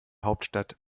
hauptstadt